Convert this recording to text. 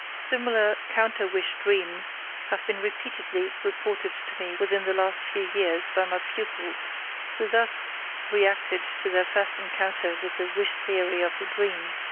similar counter wish-dreams have been repeatedly reported to me within the last few years by my pupils who thus reacted to their first encounter with the wish theory of the dream.